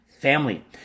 family